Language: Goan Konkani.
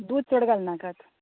दूद चड घालनाकात